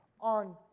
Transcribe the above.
on